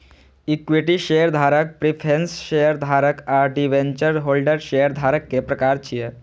equity शेयरधारक, preference शेयरधारक आ डिवेंचर होल्डर शेयरधारक के प्रकार छियै